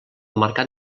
mercat